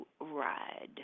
ride